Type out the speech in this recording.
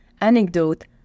anecdote